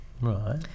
Right